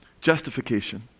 Justification